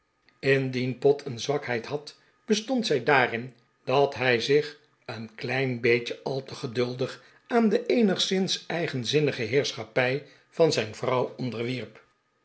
indien pott een zwakheid had bestond zij daarin dat hij zich een klein beetje al te geduldig aan de eenigszins eigenzinnige heerschappij van zijn vrouw onderwierp